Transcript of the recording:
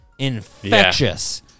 infectious